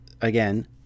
again